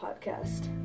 podcast